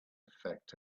affect